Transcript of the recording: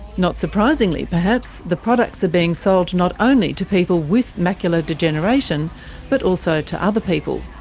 not surprisingly perhaps, the products are being sold not only to people with macular degeneration but also to other people.